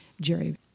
Jerry